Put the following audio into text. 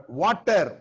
water